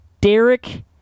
Derek